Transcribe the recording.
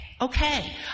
Okay